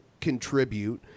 contribute